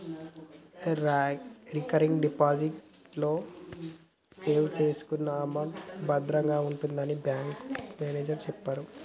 recurring deposit లో save చేసుకున్న amount చాలా భద్రంగా ఉంటుందని బ్యాంకు మేనేజరు చెప్పిర్రు